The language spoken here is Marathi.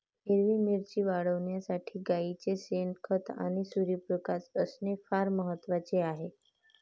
हिरवी मिरची वाढविण्यासाठी गाईचे शेण, खत आणि सूर्यप्रकाश असणे फार महत्वाचे आहे